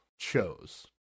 Chose